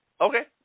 Okay